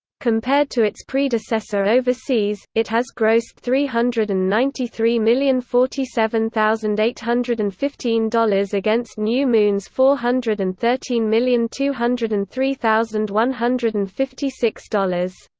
compared to its predecessor overseas, it has grossed three hundred and ninety three million forty seven thousand eight hundred and fifteen dollars against new moon's four hundred and thirteen million two hundred and three thousand one hundred and fifty six dollars.